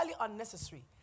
unnecessary